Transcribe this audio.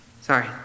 sorry